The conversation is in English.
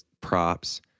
props